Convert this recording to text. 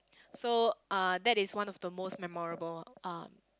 so uh that is one of the most memorable um